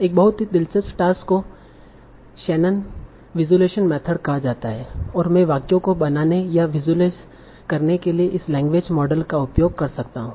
एक बहुत ही दिलचस्प टास्क को शैनन विज़ुअलाइज़ेशन मेथड कहा जाता है और में वाक्यों को बनाने या विसुअलिज़ करने के लिए इस लैंग्वेज मॉडल का उपयोग कर सकता हूं